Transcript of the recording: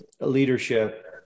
leadership